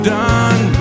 done